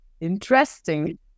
Interesting